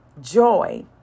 joy